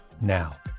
now